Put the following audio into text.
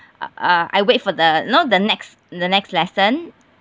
uh I wait for the know the next the next lesson